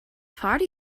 party